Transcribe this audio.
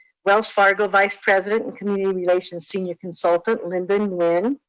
wells fargo vice president and community relations senior consultant, lyndon mann,